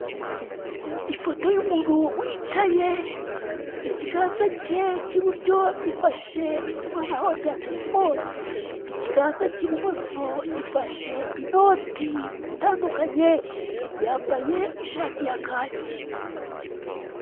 Ifoto y'umuntu wicaye ikiganza ke k'iburyo gifashe itumanaho rya telefone. Ikiganza k'ibumoso gifashe inoti zitandukanye yambaye ishati ya kake.